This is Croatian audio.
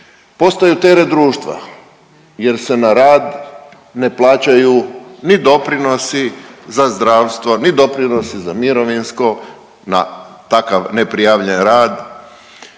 postaju teret društva jer se na rad ne plaćanju ni doprinosi za zdravstvo, ni doprinosi za mirovinsko na takav neprijavljen rad,